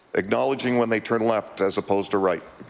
acknowledging when they turn left as opposed to right.